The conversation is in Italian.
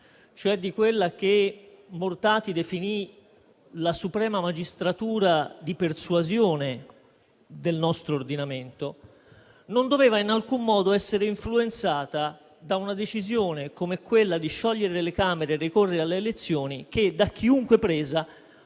cioè di quella che Mortati definì la suprema magistratura di persuasione del nostro ordinamento, non doveva in alcun modo essere influenzata da una decisione, come quella di sciogliere le Camere e ricorrere alle elezioni, che, da chiunque presa,